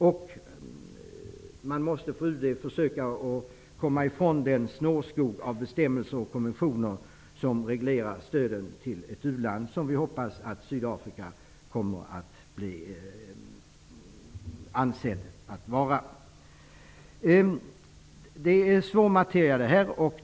UD måste försöka att komma ifrån den snårskog av bestämmelser och konventioner som reglerar stöden till ett u-land. Vi hoppas att Sydafrika kommer att anses vara ett u-land. Detta är svår materia att hantera.